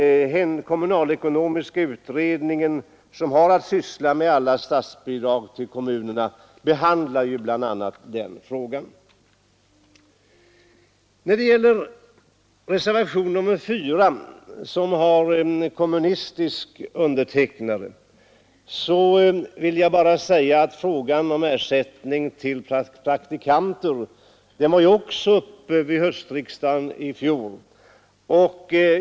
Kommunalekonomiska utredningen, som har att syssla med alla statsbidrag till kommunerna, behandlar ju bl.a. den frågan. När det gäller reservationen 4, som har en kommunistisk undertecknare, vill jag bara säga att frågan om ersättning till praktikanter också var uppe vid höstriksdagen i fjol.